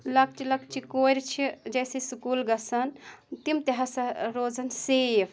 لَکچہِ لَکچہِ کورِ چھِ جیسے سکوٗل گژھان تِم تہِ ہَسا روزَن سیف